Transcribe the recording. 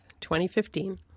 2015